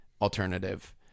alternative